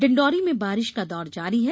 डिण्डौरी में बारिश का दौर जारी है